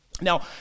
Now